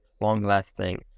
long-lasting